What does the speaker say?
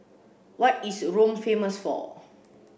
what is Rome famous for